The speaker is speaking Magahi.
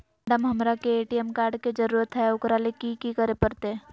मैडम, हमरा के ए.टी.एम कार्ड के जरूरत है ऊकरा ले की की करे परते?